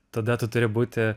tada tu turi būti